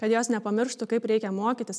kad jos nepamirštų kaip reikia mokytis